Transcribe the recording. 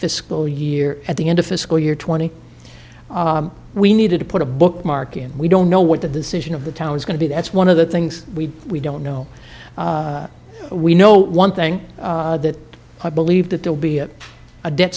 the school year at the end of fiscal year twenty we needed to put a bookmark in we don't know what the decision of the town is going to be that's one of the things we don't know we know one thing that i believe that they'll be a debt